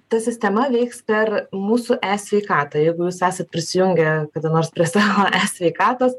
ta sistema veiks per mūsų e sveikatą jeigu jūs esat prisijungę kada nors prie savo e sveikatos